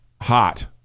Hot